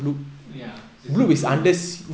ya it's the bloop ah